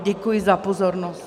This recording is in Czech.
Děkuji za pozornost.